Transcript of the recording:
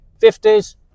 fifties